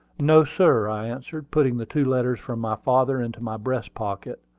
no, sir, i answered, putting the two letters from my father into my breast-pocket,